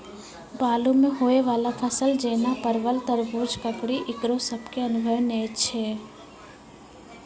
बालू मे होय वाला फसल जैना परबल, तरबूज, ककड़ी ईकरो सब के अनुभव नेय छै?